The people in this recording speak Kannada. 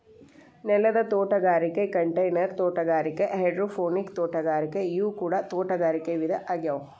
ನೆಲದ ತೋಟಗಾರಿಕೆ ಕಂಟೈನರ್ ತೋಟಗಾರಿಕೆ ಹೈಡ್ರೋಪೋನಿಕ್ ತೋಟಗಾರಿಕೆ ಇವು ಕೂಡ ತೋಟಗಾರಿಕೆ ವಿಧ ಆಗ್ಯಾವ